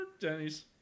Denny's